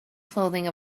clothing